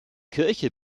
kirche